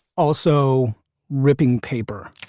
also ripping paper